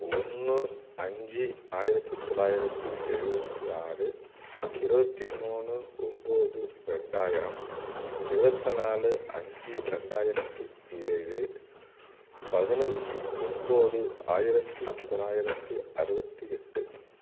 ஒன்று அஞ்சு ஆயிரத்தி தொள்ளாயிரத்தி எழுபத்தி ஆறு இருபத்தி மூணு ஒன்போது ரெண்டாயிரம் இருபத்தி நாலு அஞ்சு ரெண்டாயிரத்தி ஏழு பதினஞ்சு ஒன்போது ஆயிரத்தி தொளாயிரத்தி அறுபத்தி எட்டு